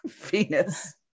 Venus